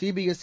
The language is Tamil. சிபிஎஸ்இ